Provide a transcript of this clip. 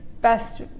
best